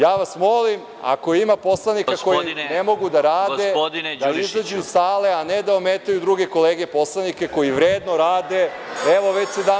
Ja vas molim, ako ima poslanika koji ne mogu da rade, da izađu iz sale, a ne da ometaju druge kolege poslanike koji vredno rade, evo, već 17. sat.